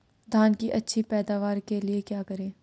धान की अच्छी पैदावार के लिए क्या करें?